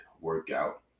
workout